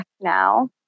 now